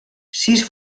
sis